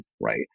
right